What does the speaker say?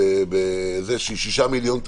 6 מיליון תושבים,